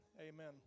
Amen